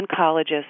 oncologist